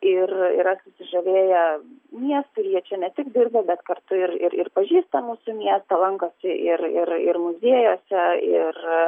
ir yra susižavėję miestu ir jie čia ne tik dirba bet kartu ir ir ir pažįsta mūsų miestą lankosi ir ir ir muziejuose ir